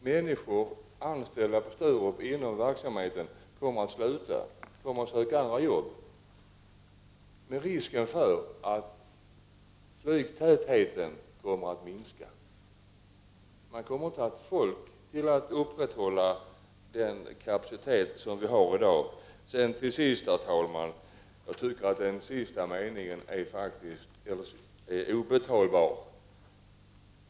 Människor anställda inom denna verksamhet på Sturup kommer att söka andra arbeten och sluta, med risk för att flygtrafiktätheten kommer att minska. Det kommer inte att finnas folk för att upprätthålla den kapacitet som finns i dag. Herr talman! Den sista meningen i statsrådets svar är faktiskt obetalbar.